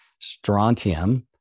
Strontium